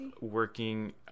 working